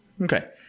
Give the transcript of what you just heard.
okay